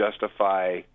justify